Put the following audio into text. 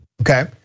Okay